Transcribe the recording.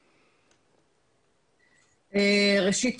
ראשית,